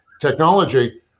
technology